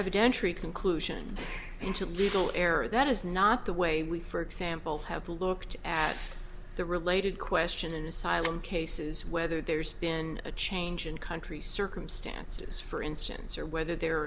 evidentiary conclusion into a legal error that is not the way we for example have looked at the related question in asylum cases whether there's been a change in country circumstances for instance or whether the